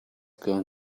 going